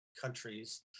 countries